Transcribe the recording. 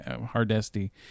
Hardesty